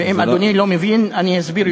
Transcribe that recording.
ואם אדוני לא מבין אני אסביר.